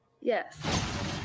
yes